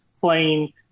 playing